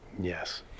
Yes